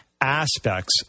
aspects